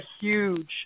huge